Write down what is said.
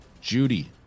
Judy